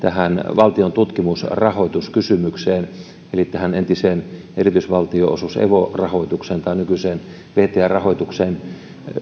valtion tutkimusrahoituskysymykseen eli entiseen erikoisvaltionosuus eli evo rahoitukseen nykyiseen vtr rahoitukseen